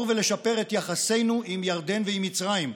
ולשפר את יחסינו עם ירדן ועם מצרים,